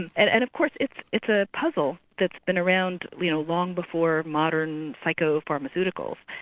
and and and of course it's a puzzle that's been around you know long before modern psychopharmaceuticals.